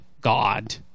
God